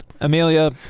Amelia